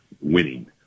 winning